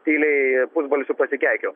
tyliai pusbalsiu pasikeikiau